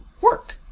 work